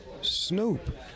Snoop